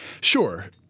sure